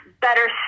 better